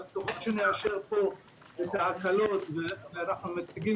כך ככל שנאשר פה את ההקלות שאנחנו מציגים,